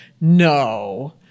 no